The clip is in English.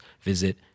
visit